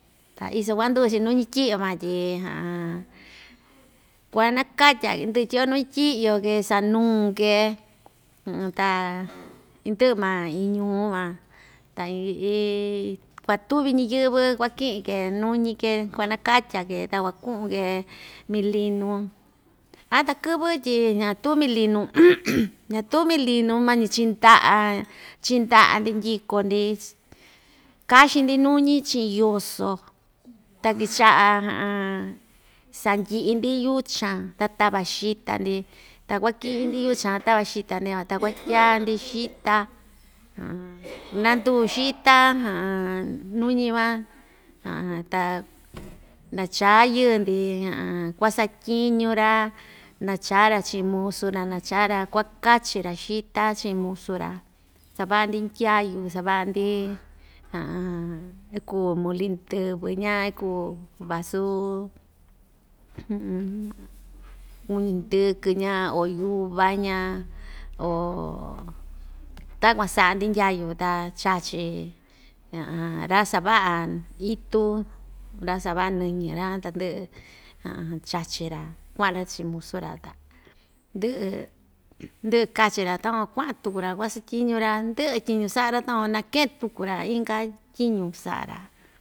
Ta iso kuanduu‑chi nuñi tyi'yo van tyi kuanakatya‑ke ndɨ'ɨ tyi'yo nuñi tyi'yo‑ke sa‑nuu‑ke ta indɨ'ɨ maa iin ñuu van ta ii iin kuatuví ñiyɨ́vɨ kuaki'in‑ke nuñi‑ke kuanakatya‑ke ta kuaku'un‑ke milinu a takɨ́vɨ tyi ñatu milinu ñatuu milinu mañi chi'in nda'a chi'in nda'a‑ndi ndyiko‑ndi kaxin‑ndi nuñi chi'in yoso ta kicha'a sandyi'i‑ndi yuchan ta tava xita‑ndi ta kuaki'in‑ndi yuchan tava xita‑ndi van ta kuatyaa‑ndi xita nandu xita nuñi van ta nachaa yɨɨ‑ndi kuasatyiñu‑ra nachaa‑ra chi'in musu na nachaa‑ra kuakachi‑ra xita chi'in musu‑ra sava'a‑ndi ndyayu sava'a‑ndi iku muli ndɨvɨ ña ikuu vasu kuñu hndɨkɨ ña o yuva ña o takuan sa'a‑ndi ndyayu ta chachi ra‑sava'a itu ra‑sava'a nɨñɨ ra tandɨ'ɨ chachi‑ra kua'an‑ra chi'in musu‑ra ta ndɨ'ɨ ndɨ'ɨ kachi‑ra takuan kua'an tuku‑ra kuasatyiñu‑ra ndɨ'ɨ tyiñu sa'a‑ra takuan nakeen tuku‑ra inka tyiñu sa'a‑ra.